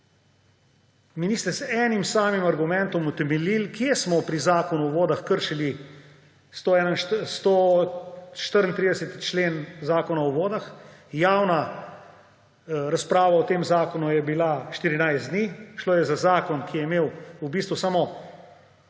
mi niste z enim samim argumentom utemeljili, kje smo pri Zakonu o vodah kršili 34.a člen Zakona o varstvu okolja. Javna razprava o tem zakonu je bila 14 dni, šlo je za zakon, ki je imel v bistvu samo